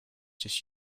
just